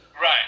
Right